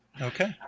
Okay